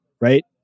right